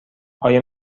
آیا